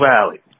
Valley